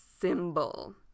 symbol